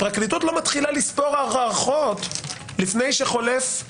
הפרקליטות לא מתחילה לספור הארכות לפני שחולפים שנתיים,